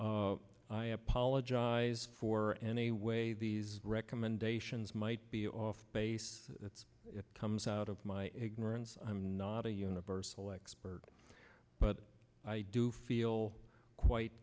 i apologize for anyway these recommendations might be off base that's it comes out of my ignorance i'm not a universal expert but i do feel quite